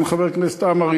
ציין חבר הכנסת עמאר,